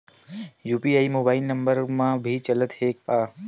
UPI mobile number मा भी चलते हे का?